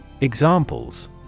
Examples